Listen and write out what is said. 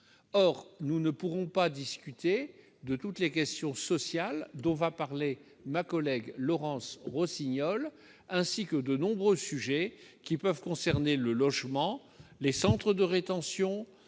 Or nous ne pourrons pas discuter de toutes les questions sociales, qu'abordera ma collègue Laurence Rossignol, ainsi que de nombreux sujets comme le logement, les centres de rétention,